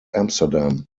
amsterdam